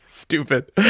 stupid